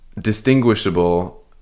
distinguishable